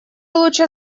лучше